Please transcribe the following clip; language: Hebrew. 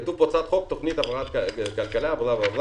כתוב בהצעת החוק: תוכנית להבראת הכלכלה וכולי.